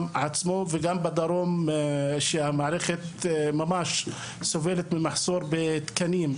עצמו וגם בדרום שהמערכת ממש סובלת ממחסור בתקנים,